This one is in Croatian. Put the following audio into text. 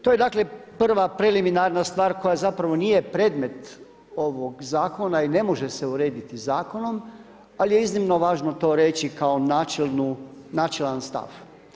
To je dakle prva preliminarna stvar koja zapravo nije predmet ovog zakona i ne može se urediti zakonom ali je iznimno važno to reći kao načelan stav.